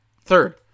third